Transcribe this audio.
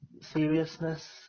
seriousness